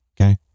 Okay